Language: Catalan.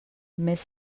més